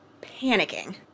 panicking